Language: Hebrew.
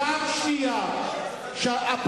שפעם אחת, להשתלט על אקוניס.